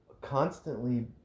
constantly